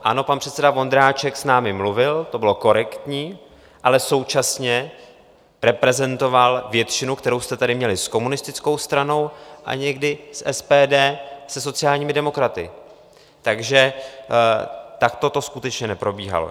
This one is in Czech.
Ano, pan předseda Vondráček s námi mluvil, to bylo korektní, ale současně reprezentoval většinu, kterou jste tady měli s komunistickou stranou a někdy s SPD, se sociálními demokraty, takže takto to skutečně neprobíhalo.